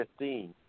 15